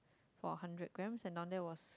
for a hundred grams and down there was